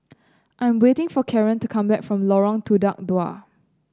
I am waiting for Karan to come back from Lorong Tukang Dua